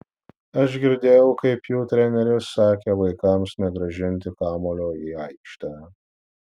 aš girdėjau kaip jų treneris sakė vaikams negrąžinti kamuolio į aikštę